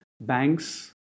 banks